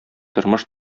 тормыш